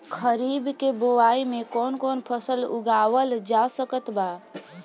खरीब के बोआई मे कौन कौन फसल उगावाल जा सकत बा?